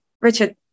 Richard